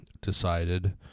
decided